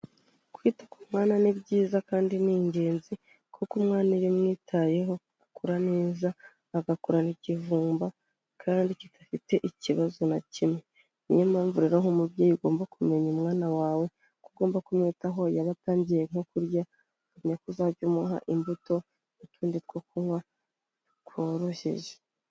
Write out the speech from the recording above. Kwita ku mwana ni byiza kandi ni ingenzi, kuko umwana iyo umwitayeho akura neza, agakurana ikivumba kandi kidafite ikibazo na kimwe, niyo mpamvu rero nk'umubyeyi ugomba kumenya umwana wawe ko ugomba kumwitaho, yaba atangiye nko kurya ukamenya ko uzajya umuha imbuto, n'utundi two kunywa tworoheje.